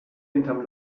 hinterm